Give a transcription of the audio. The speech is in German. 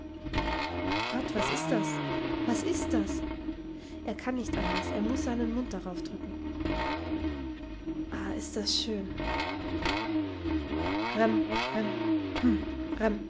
gott was ist das was ist das er kann nicht anders er muß seinen mund darauf drücken ah ist das schön